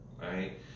right